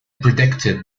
predicted